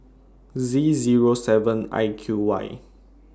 Z Zero seven I Q Y